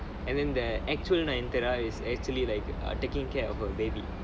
and then the actual nayanthara is actually like err taking care of her baby